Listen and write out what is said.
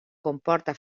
comporta